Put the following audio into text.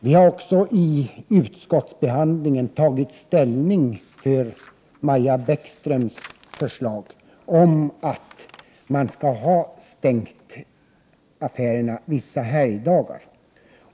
Vi har också i utskottsbehandlingen tagit ställning för Maja Bäckströms förslag om att affärerna skall vara stängda vissa helgdagar.